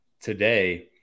today